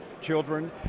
children